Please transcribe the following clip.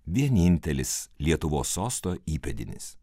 vienintelis lietuvos sosto įpėdinis